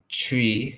tree